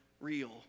real